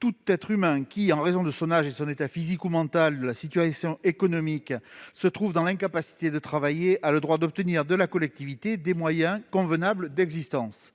Tout être humain qui, en raison de son âge, de son état physique ou mental, de la situation économique, se trouve dans l'incapacité de travailler a le droit d'obtenir de la collectivité des moyens convenables d'existence. »